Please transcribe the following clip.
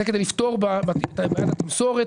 זה כדי לפתור את בעיית התמסורת.